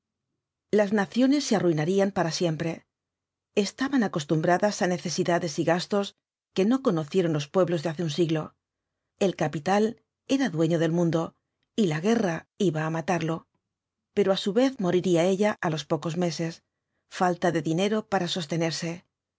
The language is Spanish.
las naciones se arruinarían para siempre estaban acostumbradas á necesidades y gastos que no conocieron los pueblos de hace un siglo el capital era dueño del mundo y la guerra iba á matarlo pero á su vez moriría ella á los pocos meses falta de dinero para sostenerse